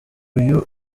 uyu